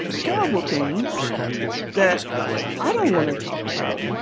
terrible things that i don't want to talk about